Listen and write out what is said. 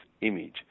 image